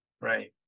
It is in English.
Right